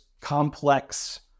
complex